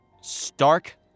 Stark